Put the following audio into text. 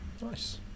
Nice